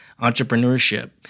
entrepreneurship